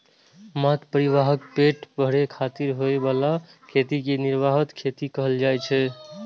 मात्र परिवारक पेट भरै खातिर होइ बला खेती कें निर्वाह खेती कहल जाइ छै